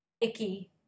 icky